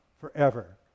forever